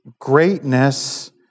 greatness